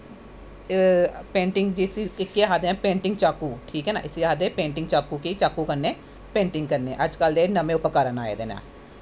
painting जिसी आखदे नै पेंटिंग चाकू ठीक ऐ नी इसी आखदे पेंटिंग चाकू गी चाकू कन्नै पेंटिंग करनें अज्ज कल दे नमें उपकरन आए दे नै